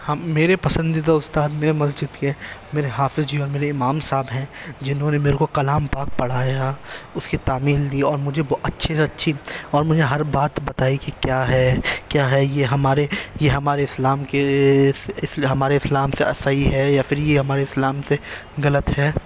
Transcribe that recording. ہم میرے پسندیدہ استاد میرے مسجد کے میرے حافظ جی اور میرے امام صاحب ہیں جنہوں نے میرے کو کلام پاک پڑھایا اس کی تعلیم دی اور مجھے اچھے سے اچھی اور مجھے ہر بات بتائی کہ کیا ہے کیا ہے یہ ہمارے یہ ہمارے اسلام کے ہمارے اسلام سے صحیح ہے یا پھر یہ ہمارے اسلام سے غلط ہے